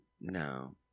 No